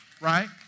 right